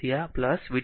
તેથી v 2 0